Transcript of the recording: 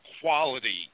quality